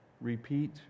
Repeat